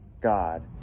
God